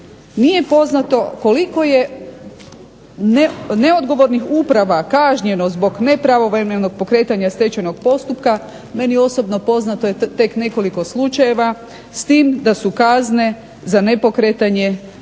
Nije poznato koliko je neodgovornih uprava kažnjeno zbog nepravovremenog pokretanja stečajnog postupka. Meni osobno poznato je tek nekoliko slučajeva s tim da su kazne za nepokretanje